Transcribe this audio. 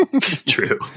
True